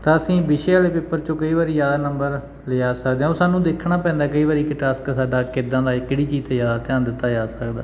ਤਾਂ ਅਸੀਂ ਵਿਸ਼ੇ ਵਾਲੇ ਪੇਪਰ 'ਚੋਂ ਕਈ ਵਾਰੀ ਜ਼ਿਆਦਾ ਨੰਬਰ ਲਿਜਾ ਸਕਦੇ ਹਾਂ ਉਹ ਸਾਨੂੰ ਦੇਖਣਾ ਪੈਂਦਾ ਕਈ ਵਾਰੀ ਕਿ ਟਾਸਕ ਸਾਡਾ ਕਿੱਦਾਂ ਦਾ ਹੈ ਕਿਹੜੀ ਚੀਜ਼ 'ਤੇ ਜ਼ਿਆਦਾ ਧਿਆਨ ਦਿੱਤਾ ਜਾ ਸਕਦਾ